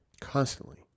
Constantly